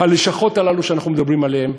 הלשכות האלה שאנחנו מדברים עליהן,